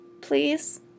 please